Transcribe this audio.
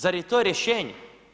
Zar je to rješenje?